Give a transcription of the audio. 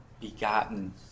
begotten